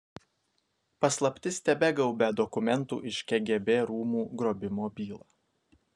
paslaptis tebegaubia dokumentų iš kgb rūmų grobimo bylą